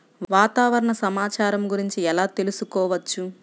వాతావరణ సమాచారము గురించి ఎలా తెలుకుసుకోవచ్చు?